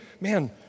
man